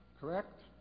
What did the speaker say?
correct